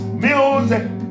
music